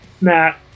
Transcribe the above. Matt